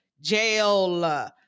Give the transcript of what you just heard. jail